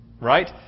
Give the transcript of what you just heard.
Right